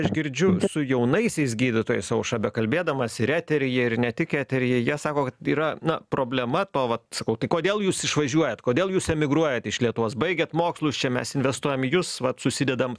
aš girdžiu su jaunaisiais gydytojais aušra bekalbėdamas ir eteryje ir ne tik eteryje jie sako kad yra na problema to vat sakau tai kodėl jūs išvažiuojat kodėl jūs emigruojat iš lietuvos baigiat mokslus čia mes investuojam į jus vat susidedam